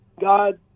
God